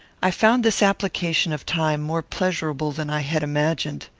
i found this application of time more pleasurable than i had imagined.